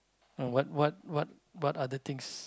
no what what what what other things